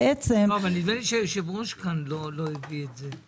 נדמה לי שהיושב-ראש כאן לא הביא את זה.